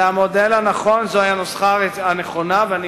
זה המודל הנכון, זו הנוסחה הנכונה, ואני